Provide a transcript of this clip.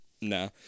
Nah